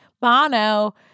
Bono